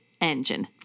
engine